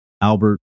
Albert